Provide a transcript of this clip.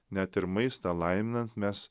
net ir maistą laiminant mes